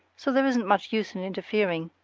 so there isn't much use in interfering.